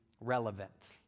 relevant